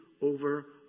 over